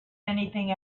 anything